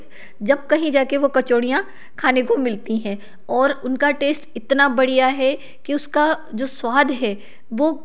जब कहीं जाकर वो कचौड़ियाँ खाने को मिलती हैं और उनका टेस्ट इतना बढ़िया है कि उसका जो स्वाद है वह